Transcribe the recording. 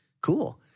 Cool